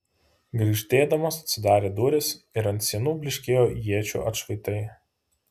girgždėdamos atsidarė durys ir ant sienų blykstelėjo iečių atšvaitai